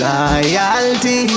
Loyalty